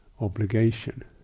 obligation